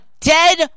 dead